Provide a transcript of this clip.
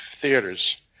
theaters